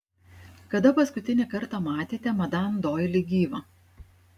kada paskutinį kartą matėte madam doili gyvą